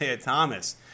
Thomas